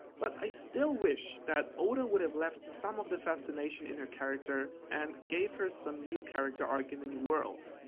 but i still wish that oda would have left some of the fascination i her character and gave her some new character arc in the new world.